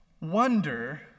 wonder